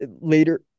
later